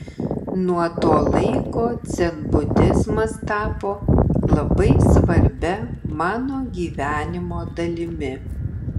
nuo to laiko dzenbudizmas tapo labai svarbia mano gyvenimo dalimi